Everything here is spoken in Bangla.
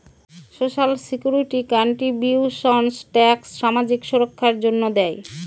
সোশ্যাল সিকিউরিটি কান্ট্রিবিউশন্স ট্যাক্স সামাজিক সুররক্ষার জন্য দেয়